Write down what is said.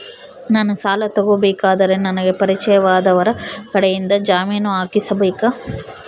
ನಾನು ಸಾಲ ತಗೋಬೇಕಾದರೆ ನನಗ ಪರಿಚಯದವರ ಕಡೆಯಿಂದ ಜಾಮೇನು ಹಾಕಿಸಬೇಕಾ?